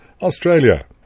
Australia